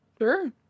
Sure